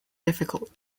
difficult